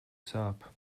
sāp